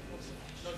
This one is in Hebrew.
לא,